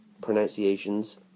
pronunciations